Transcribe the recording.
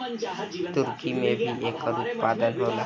तुर्की में भी एकर उत्पादन होला